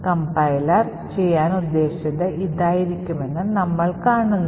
compiler ചെയ്യാൻ ഉദ്ദേശിച്ചത് ഇതായിരിക്കാമെന്ന് നമ്മൾ കാണുന്നു